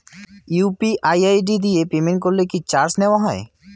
UPI ID দিয়ে payment করলে কি চার্জ নেয়া হয়?